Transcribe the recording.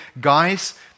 Guys